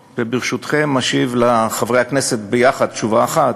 ברשותכם, לחברי הכנסת יחד, תשובה אחת,